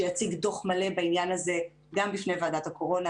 יציג דוח מלא בעניין הזה גם בפני ועדת הקורונה